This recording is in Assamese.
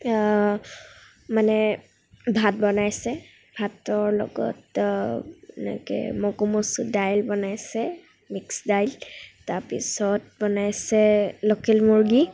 মানে ভাত বনাইছে ভাতৰ লগত এনেকৈ মগু মচুৰ দাইল বনাইছে মিক্সড দাইল তাৰপিছত বনাইছে লোকেল মুৰ্গী